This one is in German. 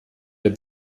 der